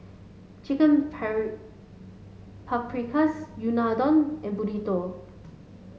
chicken Paprikas Unadon and Burrito